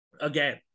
again